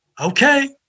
okay